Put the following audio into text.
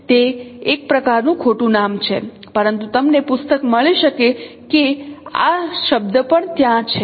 તે એક પ્રકારનું ખોટું નામ છે પરંતુ તમને પુસ્તક મળી શકે કે આ શબ્દ પણ ત્યાં છે